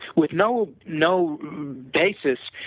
with no no basis,